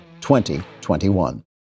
2021